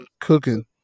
cooking